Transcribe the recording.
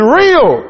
real